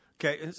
Okay